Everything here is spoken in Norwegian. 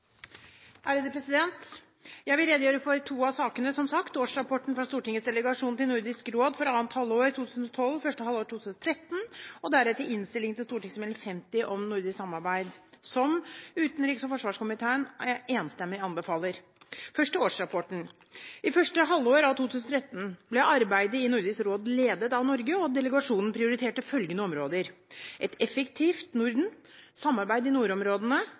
Jeg vil som sagt redegjøre for to av sakene: Årsrapporten fra Stortingets delegasjon til Nordisk råd for 2. halvår 2012–1. halvår 2013 og deretter innstilling til Meld. St. 50 om nordisk samarbeid som utenriks- og forsvarskomiteen enstemmig anbefaler. Først til årsrapporten: I første halvår av 2013 ble arbeidet i Nordisk råd ledet av Norge, og delegasjonen prioriterte følgende områder: Et effektivt Norden Samarbeid i nordområdene